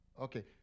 Okay